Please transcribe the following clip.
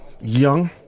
Young